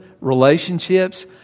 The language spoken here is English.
relationships